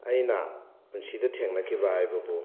ꯑꯩꯅ ꯄꯨꯟꯁꯤꯗ ꯊꯦꯡꯅꯈꯤꯕ ꯍꯥꯏꯕꯕꯨ